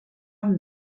amb